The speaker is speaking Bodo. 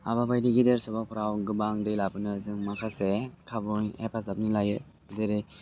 हाबा बायदि गेदेर सबाफ्राव गोबां दै लाबोनो जों माखासे खाबुनि हेफाजाबनि लायो जेरै